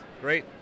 great